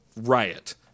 riot